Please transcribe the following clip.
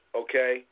okay